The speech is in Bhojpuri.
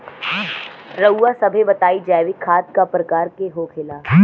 रउआ सभे बताई जैविक खाद क प्रकार के होखेला?